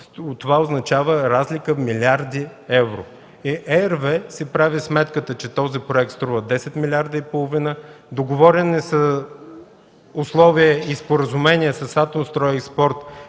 това означава разлика милиарди евро. И RWE си прави сметката, че този проект струва 10 милиарда и половина, договорени са условия и споразумения с „Атомстройекспорт”,